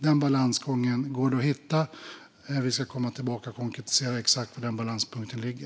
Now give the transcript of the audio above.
Den balansgången går att hitta, och vi ska komma tillbaka och konkretisera exakt var balanspunkten ligger.